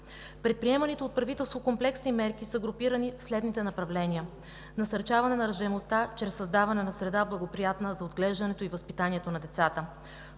Предприеманите от правителството комплексни мерки са групирани в следните направления: насърчаване на раждаемостта чрез създаване на среда, благоприятна за отглеждането и възпитанието на децата;